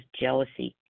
jealousy